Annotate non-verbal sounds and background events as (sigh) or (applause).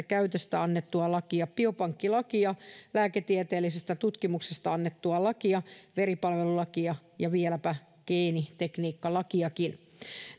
(unintelligible) käytöstä annettua lakia biopankkilakia lääketieteellisestä tutkimuksesta annettua lakia veripalvelulakia ja vieläpä geenitekniikkalakiakin